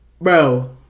Bro